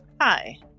Hi